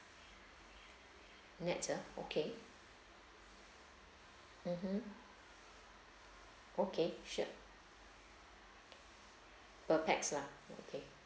nett ah okay mmhmm okay sure per pax lah okay